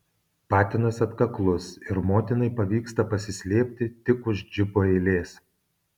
patinas atkaklus ir motinai pavyksta pasislėpti tik už džipų eilės